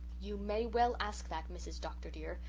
you may well ask that, mrs. dr. dear,